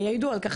ויעידו על כך,